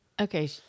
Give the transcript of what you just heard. okay